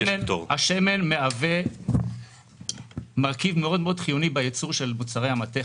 השמן מהווה מרכיב מאוד חיוני בייצור של מוצרי המתכת.